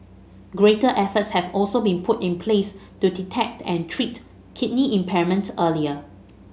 greater efforts have also been put in place to detect and treat kidney impairment earlier